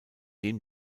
dem